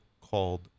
called